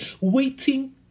waiting